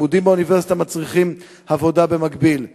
לימודים באוניברסיטה מצריכים עבודה במקביל,